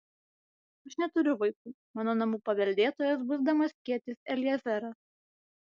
aš neturiu vaikų mano namų paveldėtojas bus damaskietis eliezeras